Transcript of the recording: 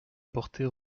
porter